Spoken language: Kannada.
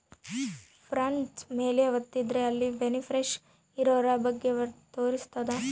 ಫಂಡ್ಸ್ ಮೇಲೆ ವತ್ತಿದ್ರೆ ಅಲ್ಲಿ ಬೆನಿಫಿಶಿಯರಿ ಇರೋರ ಬಗ್ಗೆ ತೋರ್ಸುತ್ತ